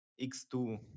X2